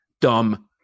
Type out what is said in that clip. Dumb